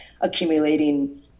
accumulating